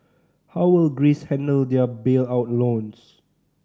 how will Greece handle their bailout loans